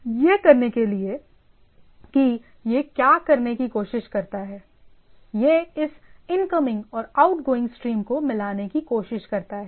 यह करने के लिए कि यह क्या करने की कोशिश करता है यह इस इनकमिंग और आउटगोइंग स्ट्रीम को मिलाने की कोशिश करता है